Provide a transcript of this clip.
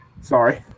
sorry